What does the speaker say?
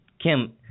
Kim